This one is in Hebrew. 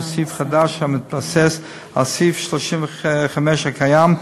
בסעיף חדש המתבסס על סעיף 35 הקיים,